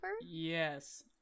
Yes